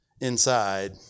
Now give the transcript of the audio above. inside